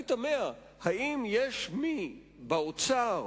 אני תמה: האם יש מי באוצר,